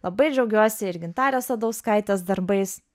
labai džiaugiuosi ir gintarės sadauskaitės darbais